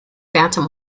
phantom